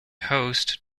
host